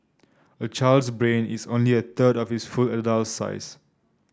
a child's brain is only a third of its full adult size